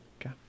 Okay